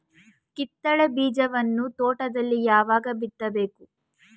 ಕಿತ್ತಳೆ ಬೀಜವನ್ನು ತೋಟದಲ್ಲಿ ಯಾವಾಗ ಬಿತ್ತಬೇಕು?